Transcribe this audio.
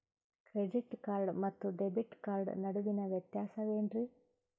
Credit card ಮತ್ತು debit card ನಡುವಿನ ವ್ಯತ್ಯಾಸ ವೇನ್ರೀ?